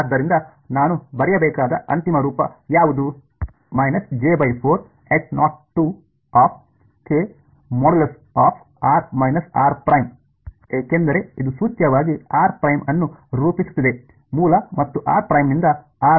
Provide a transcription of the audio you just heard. ಆದ್ದರಿಂದ ನಾನು ಬರೆಯಬೇಕಾದ ಅಂತಿಮ ರೂಪ ಯಾವುದು j4H0k│r r'│ ಏಕೆಂದರೆ ಇದು ಸೂಚ್ಯವಾಗಿ ಅನ್ನು ರೂಪಿಸುತ್ತಿದೆ ಮೂಲ ಮತ್ತು ನಿಂದ r ನ ಅಂತರವನ್ನು ಕಂಡುಹಿಡಿಯುತ್ತದೆ ಸರಿ